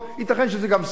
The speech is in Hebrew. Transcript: ייתכן שגם זה ספין,